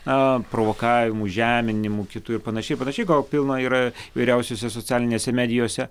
a provokavimų žeminimų kitų ir panašiai panašiai ko pilna yra įvyriausiose socialinėse medijose